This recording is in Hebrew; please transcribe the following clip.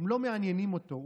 הם לא מעניינים אותו.